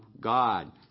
God